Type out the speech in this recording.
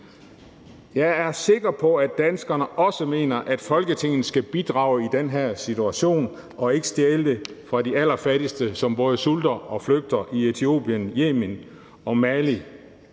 Jeg er sikker på, at danskerne også mener, at Folketinget skal bidrage i den her situation og ikke stjæle pengene fra de allerfattigste i Etiopien, Yemen og Mali,